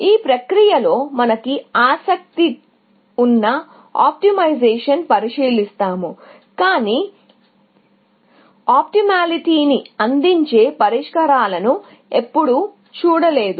ఈ ప్రక్రియలో మనకు ఆసక్తి ఉన్న ఆప్టిమైజేషన్ను పరిశీలిస్తాము కానీ ఆప్టిమాలిటీ అందించే పరిష్కారాలను ఎప్పుడూ చూడలేదు